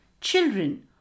children